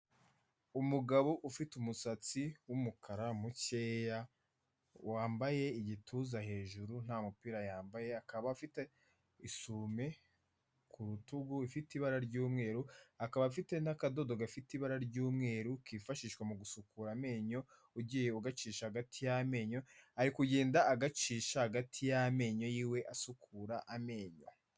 Umugabo ufite umusatsi w'umukara mukeya, wambaye igituza hejuru nta mupira yambaye akaba afite isume ku rutugu ifite ibara ry'umweru, akaba afite n'akadodo gafite ibara ry'umweru kifashishwa mu gusukura amenyo ugiye ugacisha hagati y'amenyo, ari kugenda agacisha hagati y'amenyo yiwe asukura amenyo.